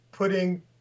putting